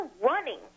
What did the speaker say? running